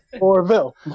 Orville